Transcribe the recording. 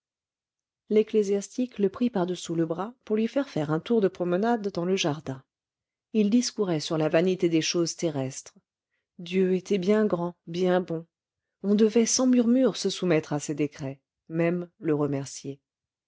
l'ecclésiastique le prit par-dessous le bras pour lui faire faire un tour de promenade dans le jardin il discourait sur la vanité des choses terrestres dieu était bien grand bien bon on devait sans murmure se soumettre à ses décrets même le remercier